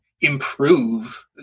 improve